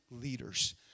leaders